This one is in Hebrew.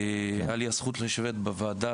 הייתה לי הזכות לשבת בוועדה,